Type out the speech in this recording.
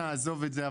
נעזוב את זה.